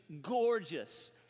gorgeous